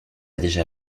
déjà